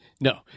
No